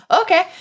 Okay